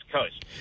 Coast